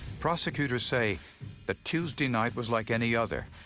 prosecutors say that tuesday night was like any other.